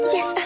Yes